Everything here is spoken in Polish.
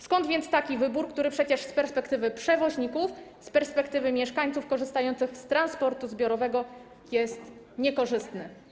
Skąd więc taki wybór, który przecież z perspektywy przewoźników, z perspektywy mieszkańców korzystających z transportu zbiorowego jest niekorzystny?